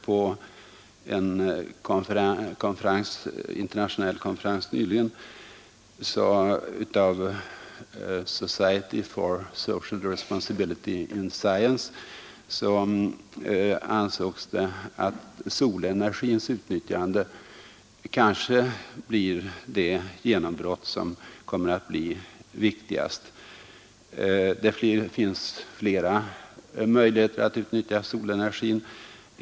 På en internationell konferens i London i september 1972 anordnad av Society for Social Responsibility in Science ansågs att solenergins utnyttjande kanske blir det genombrott som kommer att bli viktigast. Det finns flera möjligheter att utnyttja solenergin.